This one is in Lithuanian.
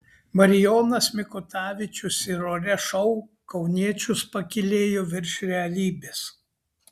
marijonas mikutavičius ir ore šou kauniečius pakylėjo virš realybės